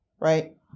right